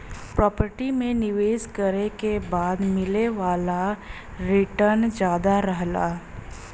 property में निवेश करे के बाद मिले वाला रीटर्न जादा रहला